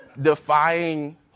defying